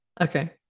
Okay